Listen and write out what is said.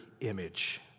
image